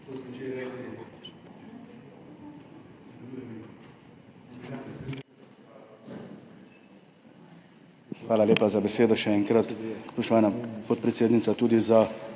Hvala lepa za besedo, še enkrat, spoštovana podpredsednica, tudi za